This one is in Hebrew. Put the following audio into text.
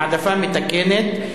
העדפה מתקנת,